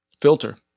filter